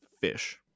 fish